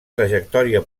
trajectòria